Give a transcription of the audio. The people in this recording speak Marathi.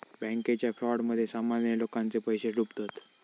बॅन्केच्या फ्रॉडमध्ये सामान्य लोकांचे पैशे डुबतत